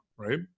Right